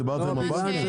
דיברת עם הבנקים?